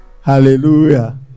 hallelujah